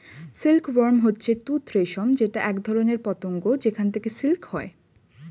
silk worm হচ্ছে তুত রেশম যেটা একধরনের পতঙ্গ যেখান থেকে সিল্ক হয়